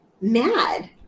mad